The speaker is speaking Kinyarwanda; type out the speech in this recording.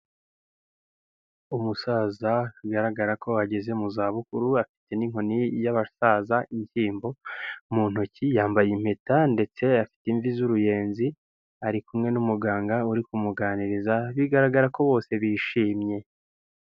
Umusaza bigaragara ko ageze mu za bukuru afite n'inkoni y'abasaza inshyirimbo mu ntoki, yambaye impeta ndetse afite imvi z'uruyenzi ari kumwe n'umuganga uri kumuganiriza bigaragara ko bose bishimye.